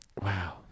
Wow